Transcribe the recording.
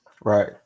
Right